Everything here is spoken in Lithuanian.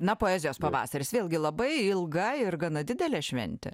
na poezijos pavasaris vėlgi labai ilga ir gana didelė šventė